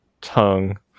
tongue